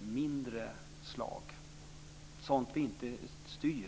mindre slag - sådant vi inte styr.